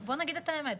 בוא נגיד את האמת,